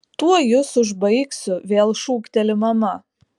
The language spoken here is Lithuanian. tuoj jus užbaigsiu vėl šūkteli mama